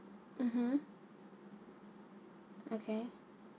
mmhmm okay